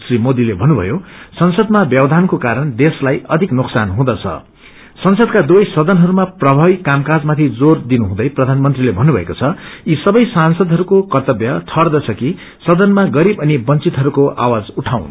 श्री मोरीले भन्नुभएको द संसदमा व्यवधानको कारण देशलाई अधिक नाकसान हुँदछ संसदका दुवै सदनहरूमा प्रभावी कामकाजमाथि जोर दिनुहुँदै प्रधानमंत्रीले भन्नुभएको छ यी सवै सांसदहरूको कर्त्तव्य ठहद्रछ कि सदनमा गरीब अनि वंचितहरूको आवाज उठाउन्